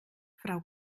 frau